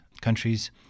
countries